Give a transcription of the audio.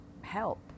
help